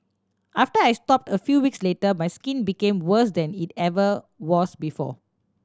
after I stopped a few weeks later my skin became worse than it ever was before